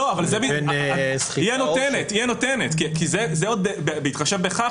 היא הנותנת כי זה בהתחשב בכך,